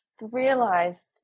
realized